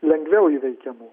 lengviau įveikiamų